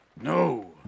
No